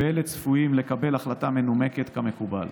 ואלה צפויים לקבל החלטה מנומקת, כמקובל.